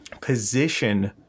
position